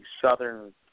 southern